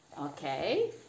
Okay